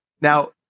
Now